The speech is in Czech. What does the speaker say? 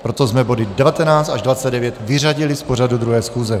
Proto jsme body 19 až 29 vyřadili z pořadu 2. schůze.